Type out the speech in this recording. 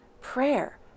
Prayer